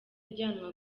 ajyanwa